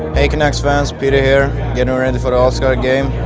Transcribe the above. hey canucks fans, petey here. getting ready for the all-star game.